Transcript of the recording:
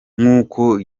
nkuko